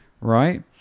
right